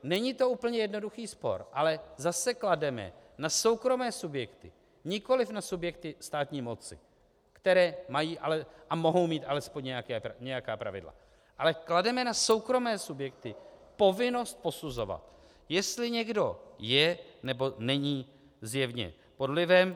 Není to úplně jednoduchý spor, ale zase klademe na soukromé subjekty, nikoli na subjekty státní moci, které mají a mohou mít alespoň nějaká pravidla, ale klademe na soukromé subjekty povinnost posuzovat, jestli někdo je, nebo není zjevně pod vlivem.